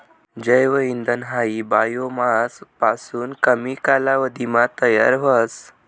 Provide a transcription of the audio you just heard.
जैव इंधन हायी बायोमास पासून कमी कालावधीमा तयार व्हस